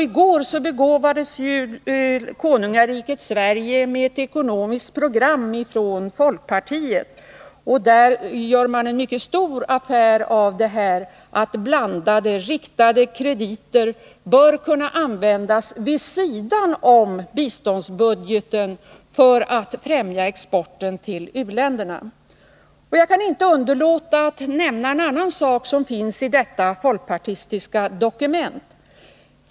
I går begåvades ju Konungariket Sverige med ett ekonomiskt program från — Nr 54 folkpartiet, och där gör man en mycket stor affär av det här att de blandade eller riktade krediterna bör kunna användas vid sidan om biståndsbudgeten för att främja exporten till u-länderna. Jag kan inte underlåta att nämna en annan sak som finns i detta folkpartistiska dokument.